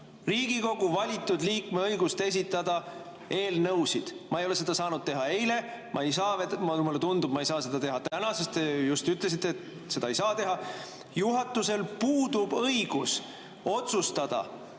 Riigikogu valitud liikme õigust esitada eelnõusid. Ma ei ole seda saanud teha eile ja mulle tundub, et ma ei saa seda teha ka täna. Te just ütlesite, et seda ei saa teha. Juhatusel puudub õigus otsustada lõpetada